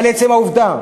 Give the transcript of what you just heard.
אבל עצם העובדה